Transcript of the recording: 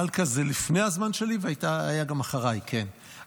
מלכה זה לפני הזמן שלי, והייתה גם אחריי, כן.